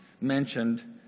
mentioned